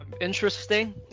Interesting